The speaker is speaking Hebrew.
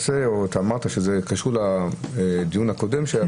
אמרת שזה קשור לדיון הקודם שהיה פה.